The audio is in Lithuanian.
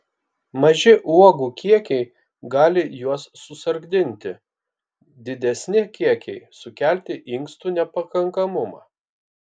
maži uogų kiekiai gali juos susargdinti didesni kiekiai sukelti inkstų nepakankamumą